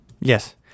Yes